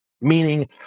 meaning